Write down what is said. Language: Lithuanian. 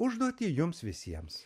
užduotį jums visiems